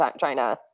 China